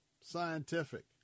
scientific